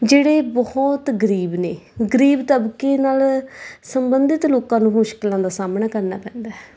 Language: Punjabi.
ਜਿਹੜੇ ਬਹੁਤ ਗਰੀਬ ਨੇ ਗਰੀਬ ਤਬਕੇ ਨਾਲ ਸੰਬੰਧਿਤ ਲੋਕਾਂ ਨੂੰ ਮੁਸ਼ਕਿਲਾਂ ਦਾ ਸਾਹਮਣਾ ਕਰਨਾ ਪੈਂਦਾ